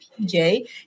PJ